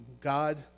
God